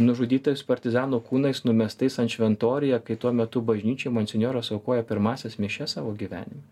nužudytais partizanų kūnais numestais ant šventoriuje kai tuo metu bažnyčioj monsinjoras aukoja pirmąsias mišias savo gyvenime